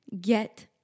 get